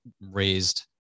raised